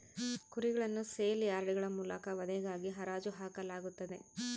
ಕುರಿಗಳನ್ನು ಸೇಲ್ ಯಾರ್ಡ್ಗಳ ಮೂಲಕ ವಧೆಗಾಗಿ ಹರಾಜು ಹಾಕಲಾಗುತ್ತದೆ